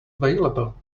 available